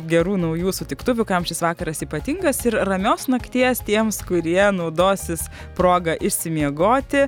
gerų naujų sutiktuvių kam šis vakaras ypatingas ir ramios nakties tiems kurie naudosis proga išsimiegoti